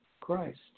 Christ